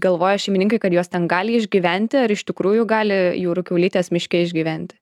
galvoja šeimininkai kad jos ten gali išgyventi ar iš tikrųjų gali jūrų kiaulytės miške išgyventi